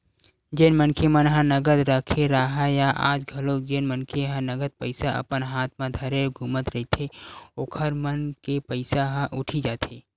जेन मनखे मन ह नगद रखे राहय या आज घलोक जेन मन ह नगद पइसा अपन हात म धरे घूमत रहिथे ओखर मन के पइसा ह उठी जाथे